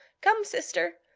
come, sister.